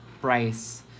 price